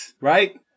Right